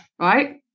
right